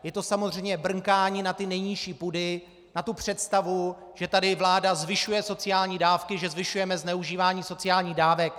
Je to samozřejmě brnkání na ty nejnižší půdy, na tu představu, že tady vláda zvyšuje sociální dávky, že zvyšujeme zneužívání sociálních dávek.